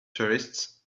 tourists